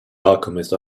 alchemist